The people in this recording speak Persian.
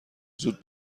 زود